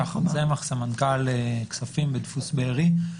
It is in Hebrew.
אני סמנכ"ל כספים בדפוס בארי.